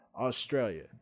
Australia